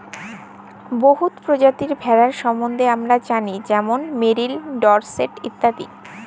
বহুত পরজাতির ভেড়ার সম্বল্ধে আমরা জালি যেমল মেরিল, ডরসেট ইত্যাদি